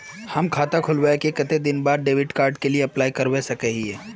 हम खाता खोलबे के कते दिन बाद डेबिड कार्ड के लिए अप्लाई कर सके हिये?